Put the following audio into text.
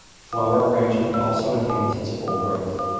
flower arrangement also attains its full growth.